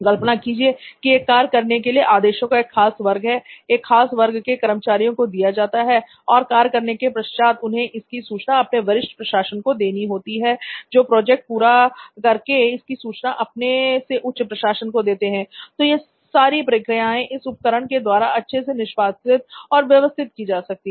कल्पना कीजिए की एक कार्य करने के लिए आदेशों का एक खास वर्ग एक खास वर्ग के कर्मचारियों को दिया जाता है और कार्य करने के पश्चात उन्हें इसकी सूचना अपने वरिष्ठ प्रशासन को देनी है जो प्रोजेक्ट पूरा करके इसकी सूचना अपने से उच्च प्रशासन को देते है तो यह सारी क्रियाएं इस उपकरण के द्वारा अच्छे से निष्पादित और व्यवस्थित की जा सकती है